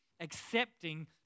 accepting